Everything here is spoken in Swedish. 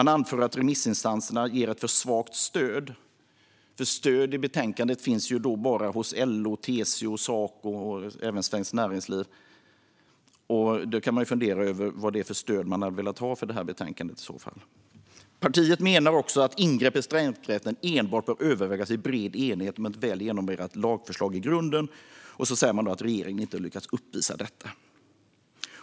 Det anför att remissinstanserna ger ett för svagt stöd. Stöd för betänkandet finns bara hos LO, TCO, Saco och även Svenskt Näringsliv. Man kan fundera över vad det är för stöd det hade velat ha för betänkandet i så fall. Partiet menar också att ingrepp i strejkrätten enbart bör övervägas i bred enighet om ett väl genomarbetat lagförslag i grunden. Sedan säger det att regeringen inte har lyckats uppvisa detta.